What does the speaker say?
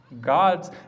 God's